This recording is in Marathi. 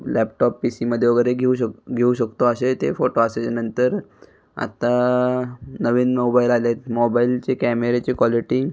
लॅपटाॅप पी सी मध्ये वगैरे घेऊ शक घेऊ शकतो असे ते फोटो असायचे नंतर आत्ता नवीन मोबाईल आलेत मोबाईलचे कॅमेऱ्याची क्वालिटी